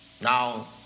Now